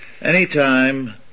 anytime